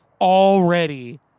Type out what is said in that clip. already